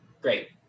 Great